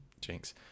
Jinx